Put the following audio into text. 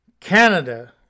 Canada